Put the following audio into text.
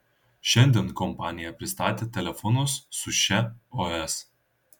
šiandien kompanija pristatė telefonus su šia os